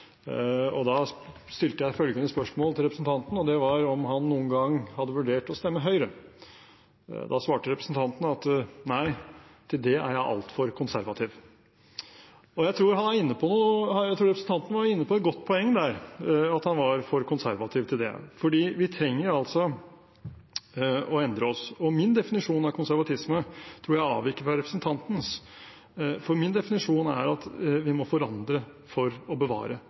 Da stilte jeg spørsmål til representanten om han noen gang hadde vurdert å stemme Høyre. Da svarte representanten: Nei, til det er jeg altfor konservativ. Jeg tror representanten var inne på et godt poeng der, at han var for konservativ til det, for vi trenger altså å endre oss. Min definisjon av konservatisme tror jeg avviker fra representantens, for min definisjon er at vi må forandre for å bevare.